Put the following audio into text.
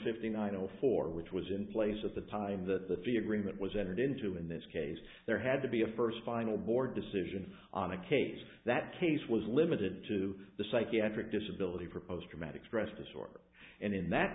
fifty nine zero four which was in place at the time that the fee agreement was entered into in this case there had to be a first final board decision on a case that case was limited to the psychiatric disability for post traumatic stress disorder and in that